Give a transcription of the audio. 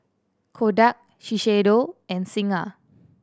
Kodak Shiseido and Singha